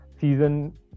season